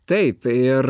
taip ir